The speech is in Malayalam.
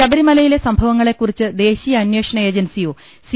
ശബരിമലയിലെ സംഭവങ്ങ ളെക്കുറിച്ച് ദേശീയ അന്വേഷണ ഏജൻസിയോ സി